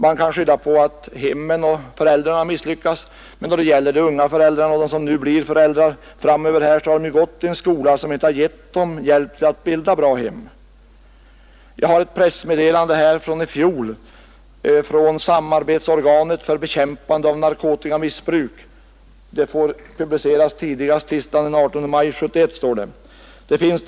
Man kan skylla på att hemmen och föräldrarna misslyckas, men de unga föräldrarna och de som framöver blir föräldrar har gått i en skola som inte har gett dem hjälp att bilda bra hem. Jag har ett pressmeddelande från i fjol från Samarbetsorganet för bekämpande av narkotikamissbruk, på vilket det står att det får publiceras tidigast tisdagen den 18 maj 1971.